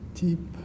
deep